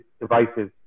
devices